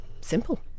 Simple